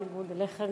בניגוד אליך,